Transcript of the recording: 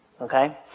okay